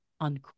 on